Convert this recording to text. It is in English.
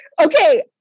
Okay